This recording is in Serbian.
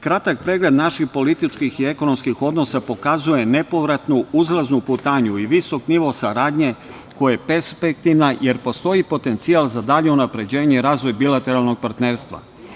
Kratak pregled naših političkih i ekonomskih odnosa pokazuje nepovratnu uzlaznu putanju i visok nivo saradnje koja je perspektivna jer postoji potencijal za dalje unapređenje i razvoj bilateralnog partnerstva.